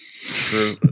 True